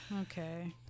okay